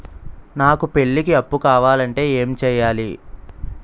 నాకు పెళ్లికి అప్పు కావాలంటే ఏం చేయాలి?